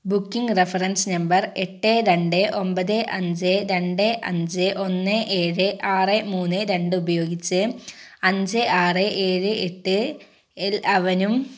booking reference number എട്ട് രണ്ട് ഒമ്പത് അഞ്ച് രണ്ട് അഞ്ച് ഒന്ന് ഏഴ് ആറ് മൂന്ന് രണ്ട് ഉപയോഗിച്ചു അഞ്ച് ആറ് ഏഴ് എട്ട് എൽ അവനും